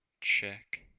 check